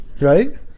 Right